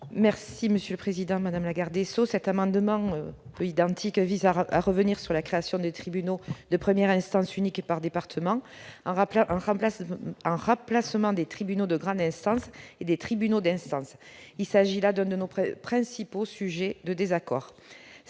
présenter l'amendement n° 29 rectifié. Cet amendement vise à revenir sur la création de tribunaux de première instance uniques par département, en remplacement des tribunaux de grande instance et des tribunaux d'instance. Il s'agit là d'un de nos principaux sujets de désaccord.